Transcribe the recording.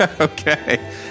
Okay